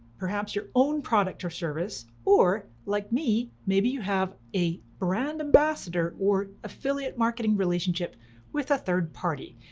perhaps your own product or service, or like me, maybe you have a brand ambassador or affiliate marketing relationship with a third party.